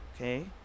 Okay